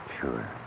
Sure